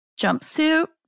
jumpsuit